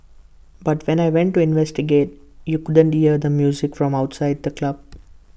but when I went to investigate you couldn't hear the music from outside the club